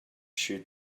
shoot